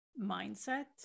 mindset